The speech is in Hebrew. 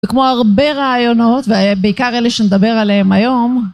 וכמו הרבה רעיונות ובעיקר אלה שנדבר עליהם היום